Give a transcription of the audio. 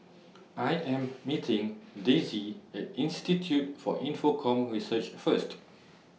I Am meeting Dayse At Institute For Infocomm Research First